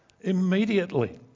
immediately